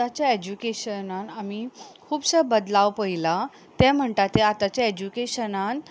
आतांच्या एज्युकेशनान आमी खुबशे बदलाव पयला तें म्हणटा ते आतांचें एज्युकेशनान